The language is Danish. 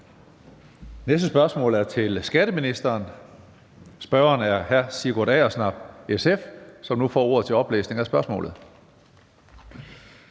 Næste spørgsmål er til skatteministeren. Spørgeren er hr. Sigurd Agersnap, SF, som nu får ordet til oplæsning af spørgsmålet.